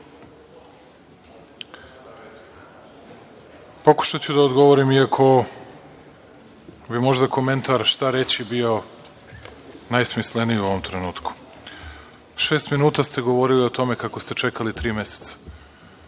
pokušaću da odgovorim i ako bi možda komentar „šta reći“ bio najsmisleniji u ovom trenutku. Šest minuta ste govorili o tome kako ste čekali tri meseca.